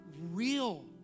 real